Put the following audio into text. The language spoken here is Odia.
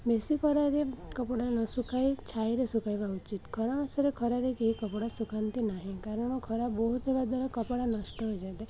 ବେଶୀ ଖରାରେ କପଡ଼ା ନ ଶୁଖାଇ ଛାଇରେ ଶୁଖାଇବା ଉଚିତ ଖରା ମାସରେ ଖରାରେ କେହି କପଡ଼ା ଶୁଖାନ୍ତି ନାହିଁ କାରଣ ଖରା ବହୁତ ହେବା ଦ୍ୱାରା କପଡ଼ା ନଷ୍ଟ ହୋଇଯାଥାଏ